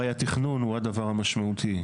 הרי התכנון הוא הדבר המשמעותי.